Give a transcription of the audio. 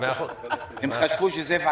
אבל חבילה של צעדים.